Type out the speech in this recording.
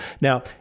Now